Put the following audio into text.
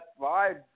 vibe